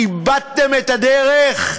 איבדתם את הדרך?